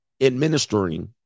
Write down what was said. administering